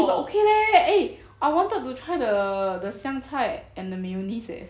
eh but okay leh eh I wanted to try the 香菜 and the mayonnaise eh